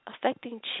affecting